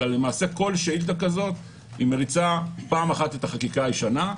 אלא למעשה כל שאילתה כזאת מריצה פעם אחת את החקיקה הישנה,